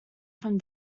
from